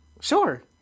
Sure